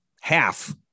half